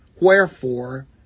wherefore